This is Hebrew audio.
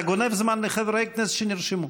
אתה גונב זמן מחברי כנסת שנרשמו.